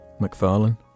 McFarlane